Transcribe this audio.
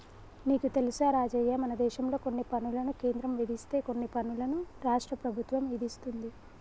నీకు తెలుసా రాజయ్య మనదేశంలో కొన్ని పనులను కేంద్రం విధిస్తే కొన్ని పనులను రాష్ట్ర ప్రభుత్వం ఇదిస్తుంది